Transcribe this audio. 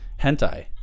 Hentai